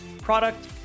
product